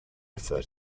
refer